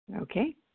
Okay